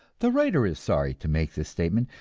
the writer is sorry to make this statement,